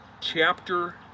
chapter